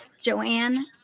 Joanne